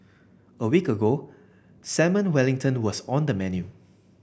a week ago salmon wellington was on the menu